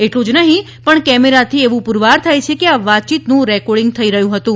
એટલું જ નહીં પણ કેમેરાથી એવું પુરવાર થાય છે કે આ વાતચીતનું રેકોર્ડિંગ થઈ રહ્યું હતું